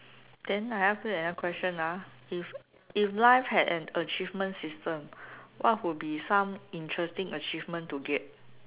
then I ask you another question ah if if life had an achievement system what would be some of the interesting achievement to get